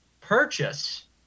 purchase